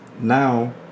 Now